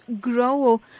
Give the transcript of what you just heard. grow